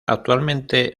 actualmente